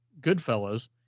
Goodfellas